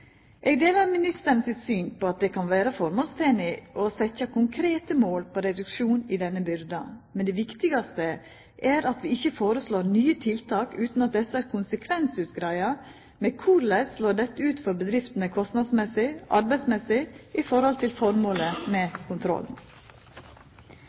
Eg deler ministeren sitt syn på at det kan vera formålstenleg å setja konkrete mål på reduksjon i denne byrda, men det viktigaste er at vi ikkje foreslår nye tiltak utan at det er konsekvensutgreidd korleis dette slår ut for bedriftene kostnadsmessig, arbeidsmessig i forhold til formålet med